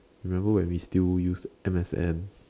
remember when we still used M_S_N